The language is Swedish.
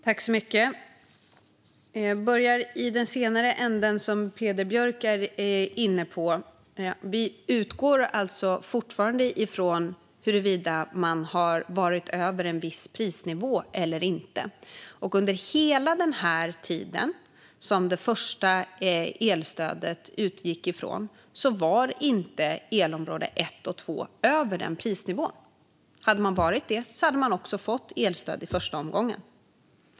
Herr talman! Jag börjar i den senare änden som Peder Björk är inne på. Vi utgår fortfarande från huruvida man har varit över en viss prisnivå eller inte. Under hela den period som det första elstödet utgick ifrån låg inte elområde 1 och 2 över den prisnivån. Hade man gjort det hade man också fått elstöd i första omgången.